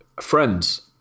friends